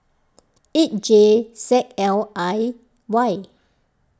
eight J Z L I Y